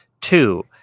Two